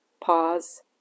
Pause